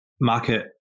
market